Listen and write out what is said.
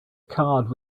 card